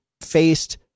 faced